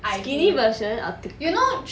skinny version or thick